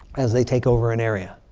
as they take over an area.